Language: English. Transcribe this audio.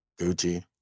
Gucci